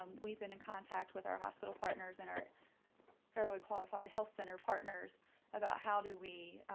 um we've been in contact with our hospital partners and our federally qualified health center partners about how do we